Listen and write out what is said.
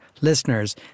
listeners